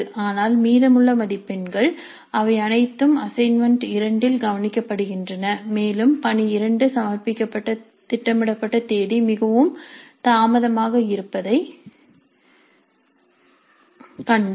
ஆனால் மீதமுள்ள மதிப்பெண்கள் அவை அனைத்தும் அசைன்மென்ட் 2 இல் கவனிக்கப்படுகின்றன மேலும் பணி 2 சமர்ப்பிக்க திட்டமிடப்பட்ட தேதி மிகவும் தாமதமாக இருப்பதைக் கண்டோம்